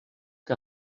que